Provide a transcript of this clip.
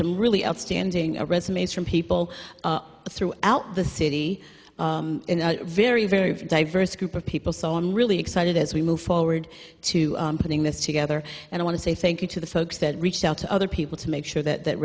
some really outstanding a resumes from people throughout the city very very diverse group of people so i'm really excited as we move forward to putting this together and i want to say thank you to the folks that reached out to other people to make sure that